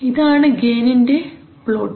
ഇതാണ് ഗെയിനിന്റെ പ്ലോട്ട്